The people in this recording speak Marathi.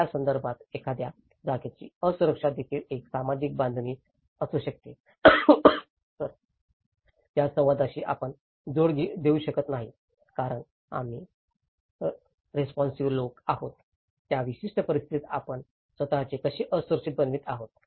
त्याच संदर्भात एखाद्या जागेची असुरक्षा देखील एक सामाजिक बांधणी असू शकते या संवादाशी आपण जोड देऊ शकत नाही कारण आम्ही रेस्पॉन्सिव्ह लोक आहोत त्या विशिष्ट परिस्थितीत आपण स्वतःला कसे असुरक्षित बनवित आहोत